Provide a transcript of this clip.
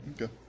Okay